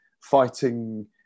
fighting